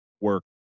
work